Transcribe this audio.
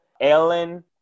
Ellen